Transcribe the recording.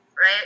right